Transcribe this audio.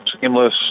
seamless